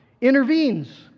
intervenes